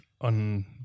on